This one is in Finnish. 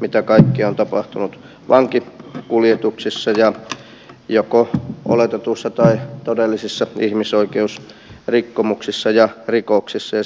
mitä kaikkea on tapahtunut vankikuljetuksissa ja joko oletetuissa tai todellisissa ihmisoikeusrikkomuksissa ja rikoksissa